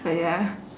but ya